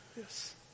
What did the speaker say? Yes